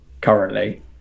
currently